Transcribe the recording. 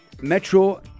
Metro